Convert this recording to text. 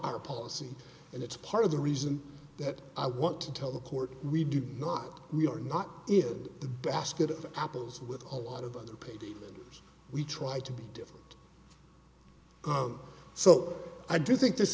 our policy and it's part of the reason that i want to tell the court we do not we are not in the basket of apples with a lot of underpaid we try to be different so i do think th